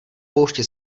poušti